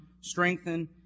strengthen